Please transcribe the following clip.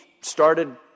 started